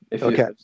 Okay